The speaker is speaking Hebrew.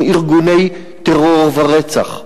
עם ארגוני טרור ורצח.